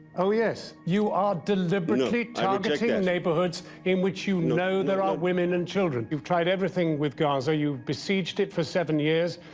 oh yes. you are deliberately targeting neighborhoods in which you know there are women and children. youive tried everything with gaza. youive besieged it for seven years.